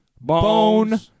Bone